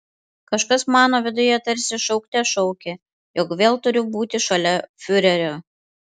kažkas mano viduje tarsi šaukte šaukė jog vėl turiu būti šalia fiurerio